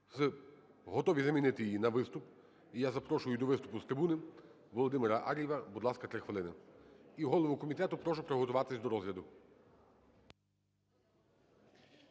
готові замінити її на виступ. І я запрошую до виступу з трибуни Володимира Ар'єва. Будь ласка, 3 хвилини. І голову комітету прошу приготуватись до розгляду.